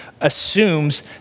assumes